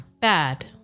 Bad